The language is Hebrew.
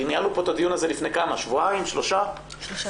ניהלנו פה את הדיון הזה לפני שלושה שבועות,